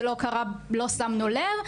זה לא: לא שמנו לב,